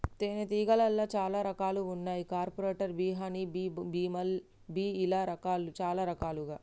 తేనే తీగలాల్లో చాలా రకాలు వున్నాయి carpenter bee honey bee, bumble bee ఇలా చాలా రకాలు